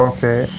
Okay